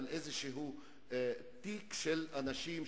איזשהו תיק על אנשים,